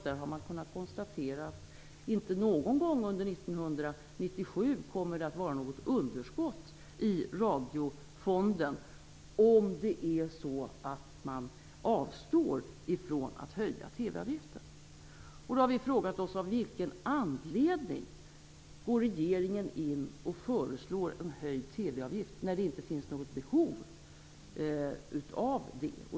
Där har man kunnat konstatera att det inte någon gång under 1997 kommer att vara underskott i Radiofonden om man avstår från att höja TV-avgiften. Vi har då frågat oss: Av vilken anledning går regeringen in och föreslår en höjd TV-avgift när det inte finns något behov av det?